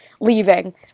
leaving